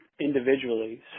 individually